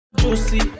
juicy